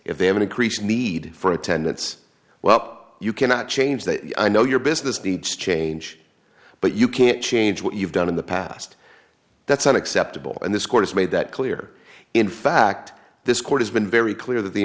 if they have an increased need for attendance well you cannot change that i know your business needs change but you can't change what you've done in the past that's not acceptable and this court has made that clear in fact this court has been very clear that the